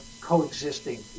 coexisting